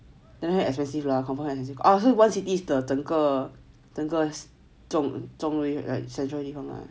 like that expensive lah confirm expensive one city is 整个中位 central 地方 right